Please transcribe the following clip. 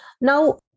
Now